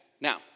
Now